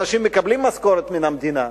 אנשים מקבלים משכורת מן המדינה,